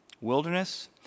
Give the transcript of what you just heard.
Wilderness